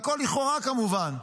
והכול לכאורה, כמובן.